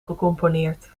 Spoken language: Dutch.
gecomponeerd